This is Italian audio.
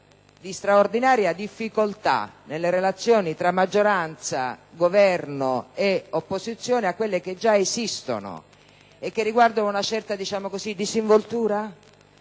di straordinaria difficoltà nelle relazioni tra maggioranza, Governo e opposizione a quelle che già esistono e che riguardano una certa disinvoltura